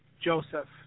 Joseph